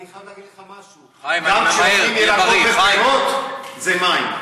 אני חייב להגיד לך משהו: גם כשמוכרים ירקות ופירות זה מים.